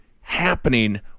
happening